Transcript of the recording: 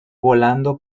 volando